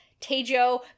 Tejo